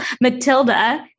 Matilda